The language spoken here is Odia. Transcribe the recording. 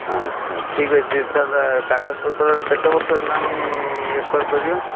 ଆଚ୍ଛା ଠିକ୍ ଅଛି ସାର୍ କାଗଜପତ୍ର କେତେ ବର୍ଷ ହେଲାଣି କରିବା